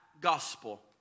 gospel